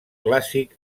clàssic